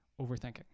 overthinking